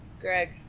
Greg